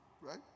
right